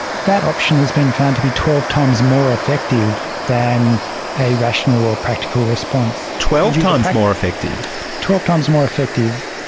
that option has been found to be twelve times more effective than a rational or practical response. twelve times more effective? twelve times more effective.